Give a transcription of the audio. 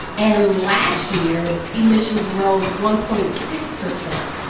and last year, emissions rose one point six percent.